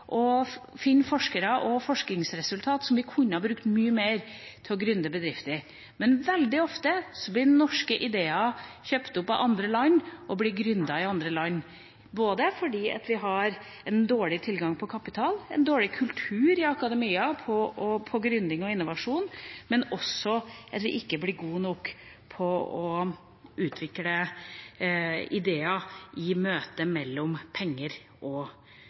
kunne brukt til å gründe bedrifter. Men veldig ofte blir norske ideer kjøpt opp av andre land og blir gründet i andre land, både fordi vi har dårlig tilgang på kapital og dårlig kultur i akademia på gründing og innovasjon, og fordi vi ikke blir gode nok på å utvikle ideer i møte mellom penger og